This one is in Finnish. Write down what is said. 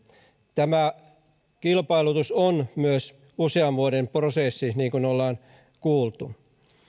tämä kilpailutus on myös usean vuoden prosessi niin kuin ollaan kuultu